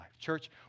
Church